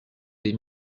des